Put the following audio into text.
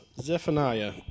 Zephaniah